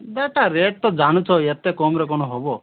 ଅଦାଟା rate ତ ଜାଣୁଛ ଏତେ କମରେ କ'ଣ ହବ